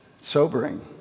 sobering